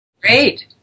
Great